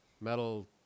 metal